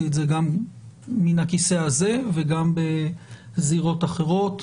את זה גם מן הכיסא הזה וגם בזירות אחרות.